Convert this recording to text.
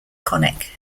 conic